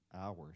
hours